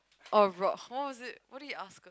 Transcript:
all rock how was it what did you ask